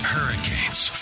Hurricanes